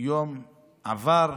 יום עבר,